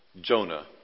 Jonah